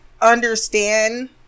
understand